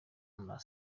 murara